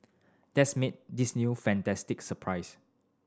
that's made this new a fantastic surprise